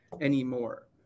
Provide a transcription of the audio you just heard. anymore